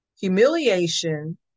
humiliation